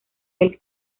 del